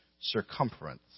circumference